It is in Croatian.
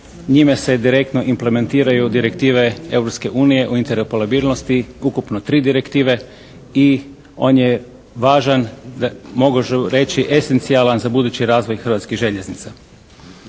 Njime se direktno implementiraju direktive Europske unije u … /Govornik se ne razumije./ … Ukupno 3 direktive. I on je važan, mogu reći esencijalan za budući razvoj Hrvatskih željeznica.